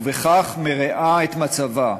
ובכך מרעה את מצבה.